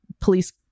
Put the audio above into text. police